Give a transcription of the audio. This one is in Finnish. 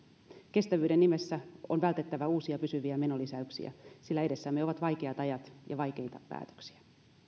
kestävyyden nimessä on vältettävä uusia pysyviä menolisäyksiä sillä edessämme on vaikeat ajat ja vaikeita päätöksiä